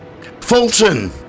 Fulton